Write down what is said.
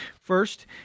First